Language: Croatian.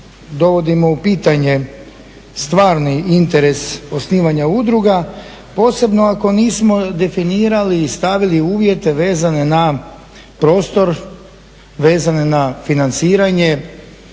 dovodimo u pitanje stvarni interes osnivanja udruga, posebno ako nismo definirali i stavili uvjete vezane na prostor, vezane na financiranje.